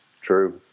True